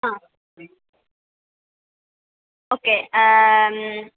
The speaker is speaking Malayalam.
ആ ഓക്കെ